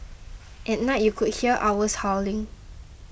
at night you could hear owls hooting